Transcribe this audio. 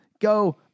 go